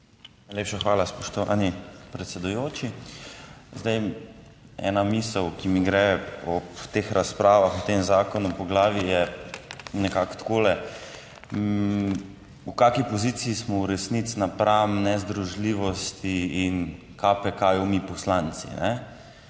Najlepša hvala, spoštovani predsedujoči. Zdaj, ena misel, ki mi gre ob teh razpravah o tem zakonu po glavi, je, nekako takole; v kakšni poziciji smo v resnici napram nezdružljivosti in KPK-ju mi poslanci,